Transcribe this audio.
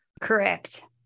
Correct